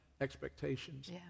expectations